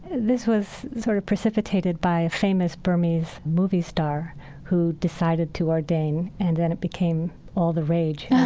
this was sort of precipitated by a famous burmese movie star who decided to ordain. and then it became all the rage yeah